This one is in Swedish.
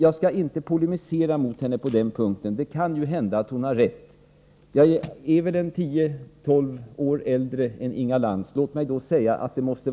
Jag skall inte polemisera mot henne på den punkten — det kan ju hända att hon har rätt. Jag är väl tio tolv år äldre än Inga Lantz.